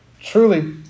Truly